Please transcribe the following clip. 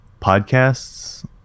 podcasts